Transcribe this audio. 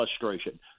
frustration